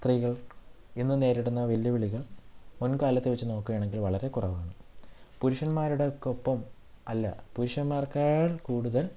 സ്ത്രീകൾ ഇന്ന് നേരിടുന്ന വെല്ലുവിളികൾ മുൻകാലത്തെ വെച്ച് നോക്കുകയാണെങ്കിൽ വളരെ കുറവാണ് പുരുഷന്മാരുടെയൊക്കെ ഒപ്പം അല്ല പുരുഷന്മാരെക്കാൾ കൂടുതൽ